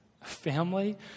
Family